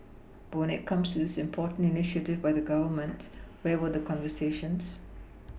but when it comes to this most important initiative by the Government where were the conversations